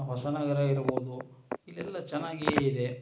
ಹೊಸನಗರ ಇರ್ಬೋದು ಇಲ್ಲೆಲ್ಲ ಚೆನ್ನಾಗಿಯೇ ಇದೆ